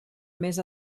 més